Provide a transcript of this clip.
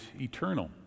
eternal